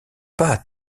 pas